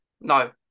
no